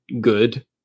good